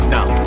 Now